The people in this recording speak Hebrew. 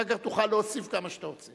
ואחר כך תוכל להוסיף כמה שאתה רוצה.